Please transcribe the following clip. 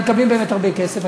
באמת הרבה כסף,